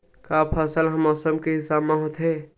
का फसल ह मौसम के हिसाब म होथे?